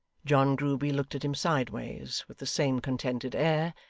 john grueby looked at him sideways with the same contented air,